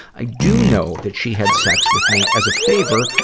i do know that she had sex with me as a favor,